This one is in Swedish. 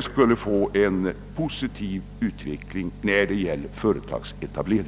skall få en positiv utveckling när det gäller företagsetablering.